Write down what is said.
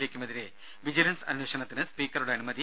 എയ്ക്കുമെതിരെ vigilance അന്വേഷണത്തിന് സ്പീക്കറുടെ അനുമതി